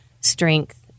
strength